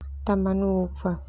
Tah manuk fah.